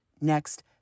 next